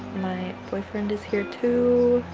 my boyfriend is here too